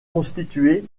constitué